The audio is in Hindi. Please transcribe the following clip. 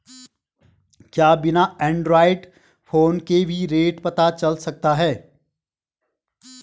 क्या बिना एंड्रॉयड फ़ोन के भी रेट पता चल सकता है?